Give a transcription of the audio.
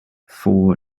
for